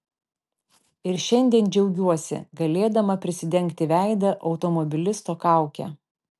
ir šiandien džiaugiuosi galėdama prisidengti veidą automobilisto kauke